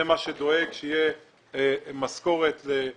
זה מה שדואג לכך שתהיה משכורת לעוז,